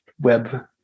web